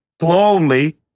slowly